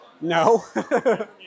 No